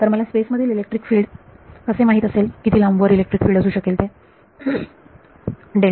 तर मला स्पेस मधील इलेक्ट्रिक फील्ड कसे माहित असेल किती लांब वर इलेक्ट्रिक फील्ड असू शकेल